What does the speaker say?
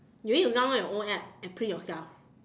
you need to download your own app and print yourself